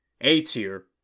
A-Tier